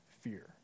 fear